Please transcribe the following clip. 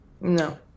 No